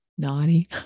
Naughty